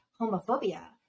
homophobia